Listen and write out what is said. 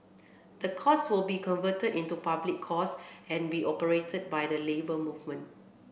the course will be converted into a public course and be operated by the Labour Movement